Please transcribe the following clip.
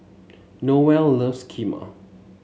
Noelle loves Kheema